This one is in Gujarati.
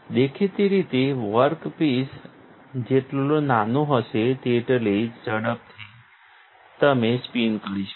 દેખીતી રીતે વર્ક પીસ જેટલો નાનો હશે તેટલી જ ઝડપથી તમે સ્પિન કરી શકશો